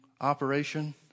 operation